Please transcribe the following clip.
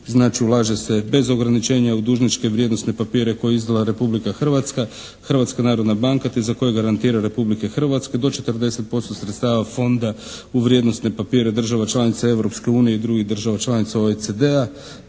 znači ulaže se bez ograničenja u dužničke vrijednosne papire koje je izdala Republika Hrvatska, Hrvatska narodna banka te za koje garantira Republika Hrvatska do 40% sredstava Fonda u vrijednosne papire država članica Europske unije i drugih država članica OECD-a,